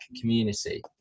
community